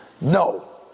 No